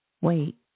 Wait